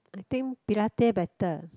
I think Pilate better